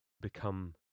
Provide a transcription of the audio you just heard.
become